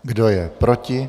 Kdo je proti?